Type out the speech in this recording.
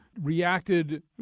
reacted